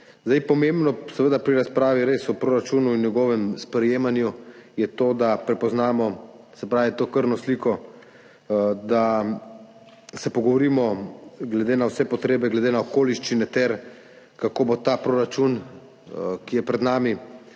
Pomembno pri razpravi o proračunu in njegovem sprejemanju je res to, da prepoznamo to krvno sliko, da se pogovorimo glede na vse potrebe, glede na okoliščine ter kako bo ta proračun, ki je pred nami,